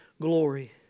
glory